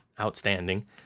outstanding